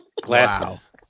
Glasses